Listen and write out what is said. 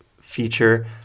feature